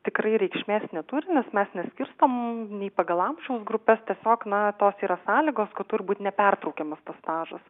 tikrai reikšmės neturi nes mes neskirstom nei pagal amžiaus grupes tiesiog na tos yra sąlygos kad turi būt nepertraukiamas tas stažas